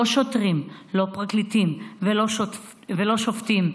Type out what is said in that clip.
לא שוטרים, לא פרקליטים ולא שופטים.